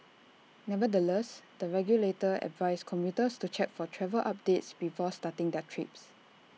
nevertheless the regulator advised commuters to check for travel updates before starting their trips